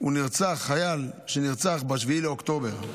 הוא חייל שנרצח ב-7 באוקטובר.